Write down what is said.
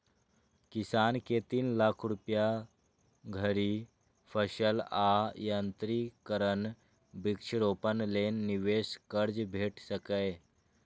किसान कें तीन लाख रुपया धरि फसल आ यंत्रीकरण, वृक्षारोपण लेल निवेश कर्ज भेट सकैए